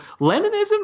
leninism